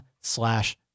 slash